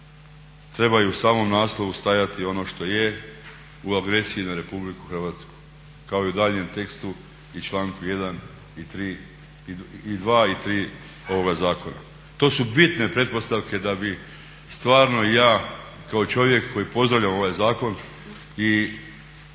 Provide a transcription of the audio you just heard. treba i u samom naslovu stajati ono što je u agresiji na RH kao i u daljnjem tekstu i članku 1. i 2. i 3. ovoga zakona. To su bitne pretpostavke da bi stvarno ja kao čovjek koji pozdravljam ovaj zakon i